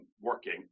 working